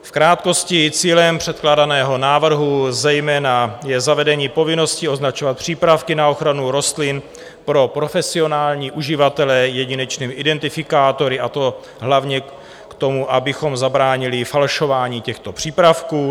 V krátkosti: cílem předkládaného návrhu je zejména zavedení povinnosti označovat přípravky na ochranu rostlin pro profesionální uživatele jedinečnými identifikátory, a to hlavně proto, abychom zabránili falšování těchto přípravků;